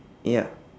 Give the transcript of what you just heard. ya